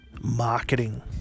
marketing